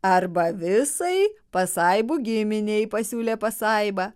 arba visai pasaibų giminei pasiūlė pasaiba